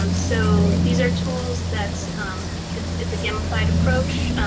um so these are tools that it's it's a gamified approach,